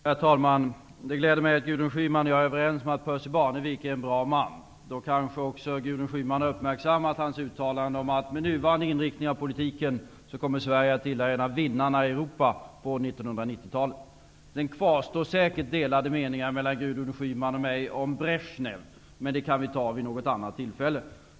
Herr talman! Det gläder mig att Gudrun Schyman och jag är överens om att Percy Barnevik är en bra man. Då kanske Gudrun Schyman också har uppmärksammat hans uttalande om att med nuvarande inriktning av politiken kommer Sverige att tillhöra vinnarna i Europa på 1990-talet. Sedan kvarstår säkert delade meningar mellan Gudrun Schyman och mig om Brezjnev, men det kan vi ta vid något annat tillfälle.